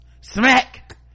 smack